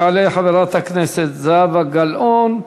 תעלה חברת הכנסת זהבה גלאון,